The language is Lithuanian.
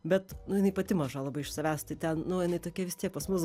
bet jinai pati maža labai iš savęs tai ten nu jinai tokia vis tiek pas mus